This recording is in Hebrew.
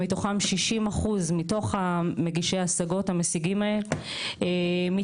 מתוכם 60% מתוך מגישי ההשגות, מתקבלים.